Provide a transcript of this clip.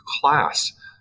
class